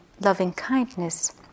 loving-kindness